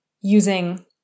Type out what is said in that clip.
using